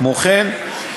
כמו כן,